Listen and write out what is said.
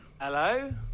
Hello